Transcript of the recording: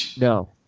No